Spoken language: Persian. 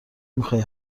میخای